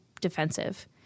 defensive